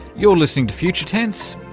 you're listening to future tense,